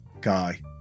guy